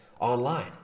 online